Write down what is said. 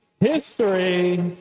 history